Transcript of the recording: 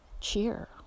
cheer